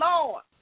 Lord